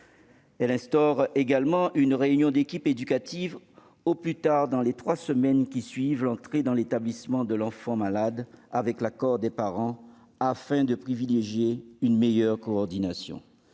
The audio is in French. texte instaure également une réunion de l'équipe éducative au plus tard dans les trois semaines qui suivent l'entrée dans l'établissement de l'enfant malade, avec l'accord des parents, afin de favoriser une meilleure coordination.